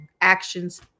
actions